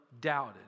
doubted